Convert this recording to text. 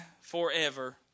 forever